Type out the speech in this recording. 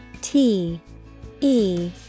T-E-